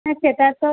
হ্যাঁ সেটা তো